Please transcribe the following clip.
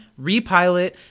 repilot